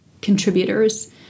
contributors